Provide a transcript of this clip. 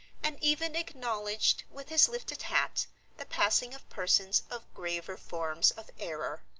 and even acknowledged with his lifted hat the passing of persons of graver forms of error.